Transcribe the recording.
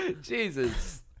Jesus